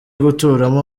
guturamo